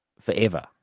forever